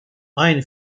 aynı